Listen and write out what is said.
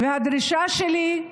והדרישה שלי היא